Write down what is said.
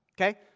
Okay